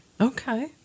Okay